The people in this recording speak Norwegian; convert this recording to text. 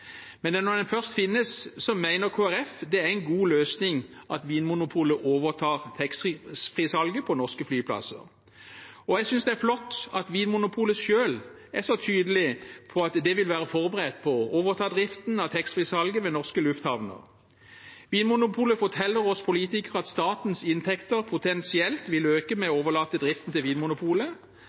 men når den først finnes, mener Kristelig Folkeparti det er en god løsning at Vinmonopolet overtar taxfree-salget på norske flyplasser. Jeg synes det er flott at Vinmonopolet selv er så tydelige på at de vil være forberedt på å overta driften av taxfree-salget ved norske lufthavner. Vinmonopolet forteller oss politikere at statens inntekter potensielt vil øke ved å overlate driften til Vinmonopolet,